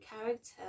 character